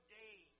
day